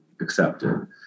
accepted